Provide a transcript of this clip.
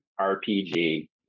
rpg